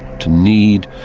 to need,